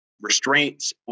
restraints